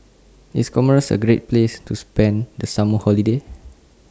IS Comoros A Great Place to spend The Summer Holiday